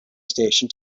station